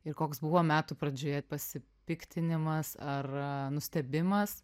ir koks buvo metų pradžioje pasipiktinimas ar nustebimas